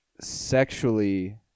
sexually